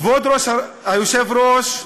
כבוד היושב-ראש,